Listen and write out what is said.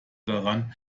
daran